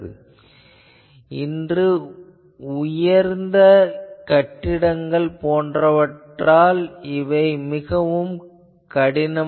ஆனால் இன்று உயர்ந்த கட்டிடங்கள் போன்றவற்றால் இது மிகவும் கடினம்